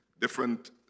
different